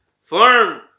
firm